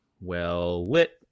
well-lit